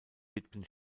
widmen